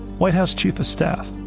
white house chief of staff,